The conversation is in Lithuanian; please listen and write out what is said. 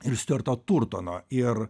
ir stiuarto turtono ir